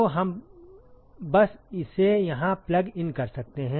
तो हम बस इसे यहाँ प्लग इन कर सकते हैं